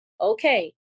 okay